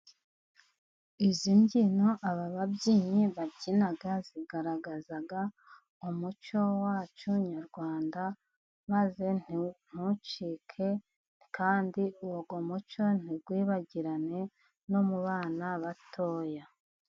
Izi mbyino aba babyinnyi babyina zigaragaza umuco wacu nyarwanda, maze ntimucike kandi uwo muco ntiwibagirane no mu bana batoya.